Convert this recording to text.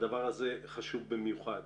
הדבר הזה חשוב במיוחד.